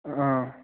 অঁ